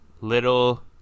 little